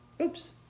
Oops